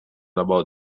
about